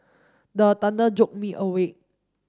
the thunder jolt me awake